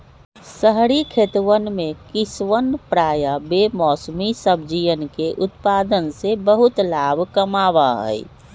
शहरी खेतवन में किसवन प्रायः बेमौसमी सब्जियन के उत्पादन से बहुत लाभ कमावा हई